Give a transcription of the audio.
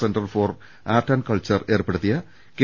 centre for Art and Culture ഏർപ്പെടുത്തിയ K